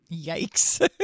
Yikes